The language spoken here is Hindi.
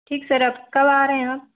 ठीक सर अब कब आ रहे हैं आप